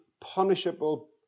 punishable